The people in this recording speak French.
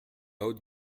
haute